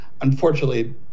unfortunately